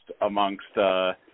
amongst